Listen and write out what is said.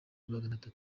ibihumbi